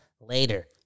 later